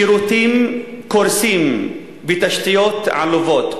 שירותים קורסים ותשתיות עלובות.